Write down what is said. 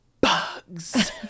bugs